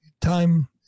time